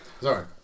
Sorry